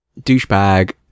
douchebag